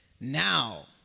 Now